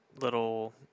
little